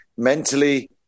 Mentally